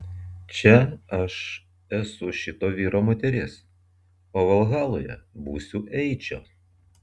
čia aš esu šito vyro moteris o valhaloje būsiu eičio